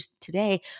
today